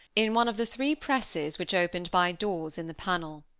in one of the three presses which opened by doors in the panel.